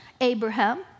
Abraham